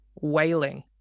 wailing